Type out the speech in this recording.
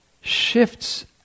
shifts